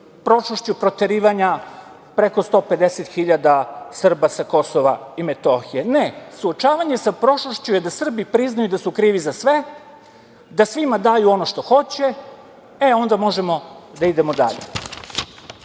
prošlošću proterivanja preko 150 hiljada Srba sa Kosova i Metohije. Ne, suočavanje sa prošlošću je da Srbi priznaju da su krivi za sve, da svima daju ono što hoće, e, onda možemo da idemo